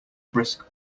brisk